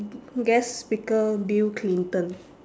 guest speaker bill clinton